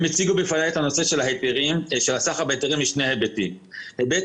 הם הציגו בפניי את הנושא של הסחר בהיתרים משני היבטים: היבט